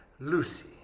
Lucy